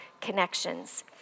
connections